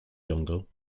dongle